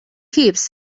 heaps